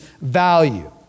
value